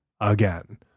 Again